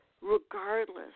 regardless